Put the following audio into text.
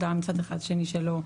הודעה מצד שני שלא.